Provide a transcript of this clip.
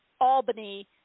Albany